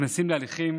נכנסים להליכים